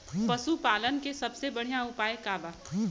पशु पालन के सबसे बढ़ियां उपाय का बा?